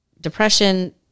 depression